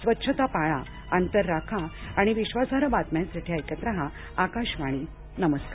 सुरक्षित अंतर राखा आणि विश्वासार्ह बातम्यांसाठी ऐकत राहा आकाशवाणी नमस्कार